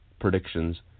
predictions